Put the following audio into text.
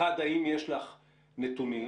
האם יש לך נתונים?